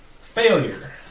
Failure